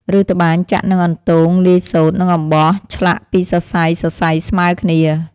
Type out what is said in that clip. ឬត្បាញចាក់និងអន្ទងលាយសូត្រនិងអំបោះឆ្លាស់ពីរសរសៃៗស្មើគ្នា។